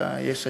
דווקא ביש עתיד,